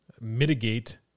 mitigate